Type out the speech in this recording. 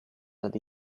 that